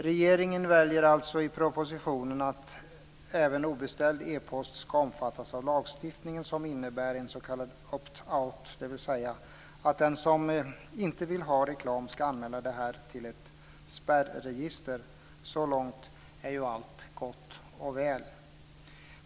Regeringen väljer alltså i propositionen att även obeställd e-post ska omfattas av lagstiftningen, som innebär en s.k. opt-out, dvs. att den som inte vill ha reklam ska anmäla detta till ett spärregister. Så långt är ju allt gott och väl.